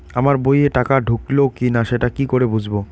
আমার বইয়ে টাকা ঢুকলো কি না সেটা কি করে বুঝবো?